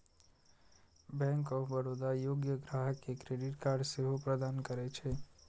bank of Baroda योग्य ग्राहक कें क्रेडिट कार्ड सेहो प्रदान करै छै